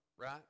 Right